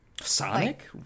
Sonic